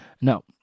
No